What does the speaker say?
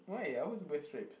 why I always wear stripe